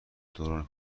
دوران